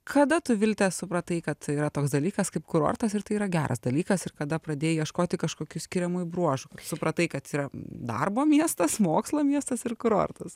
kada tu vilte supratai kad toks dalykas kaip kurortas ir tai yra geras dalykas ir kada pradėjai ieškoti kažkokių skiriamųjų bruožų supratai kad yra darbo miestas mokslo miestas ir kurortas